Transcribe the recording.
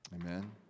Amen